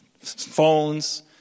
phones